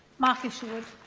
mark isherwood